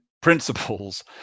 principles